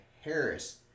Harris